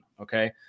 Okay